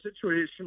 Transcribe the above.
situation